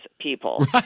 people